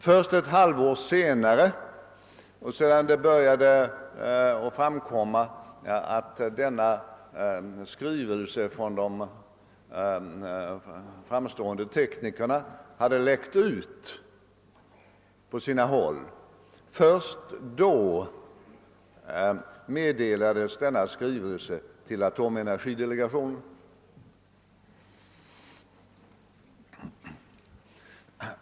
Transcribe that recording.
Först ett halvår senare och sedan det började framkomma att denna skrivelse från de framstående teknikerna hade läckt ut på sina håll meddelades skrivelsen till atomdelegationen.